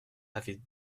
avait